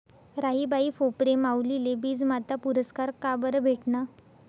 राहीबाई फोफरे माउलीले बीजमाता पुरस्कार काबरं भेटना?